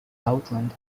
southland